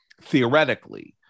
theoretically